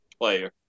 player